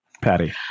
Patty